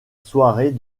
soirée